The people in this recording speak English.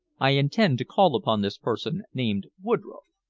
i intend to call upon this person named woodroffe.